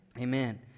Amen